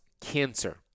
cancer